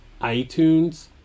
iTunes